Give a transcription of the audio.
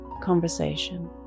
conversation